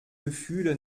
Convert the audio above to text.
gefühle